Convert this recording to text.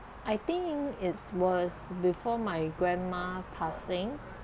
I think in it was before my grandma passing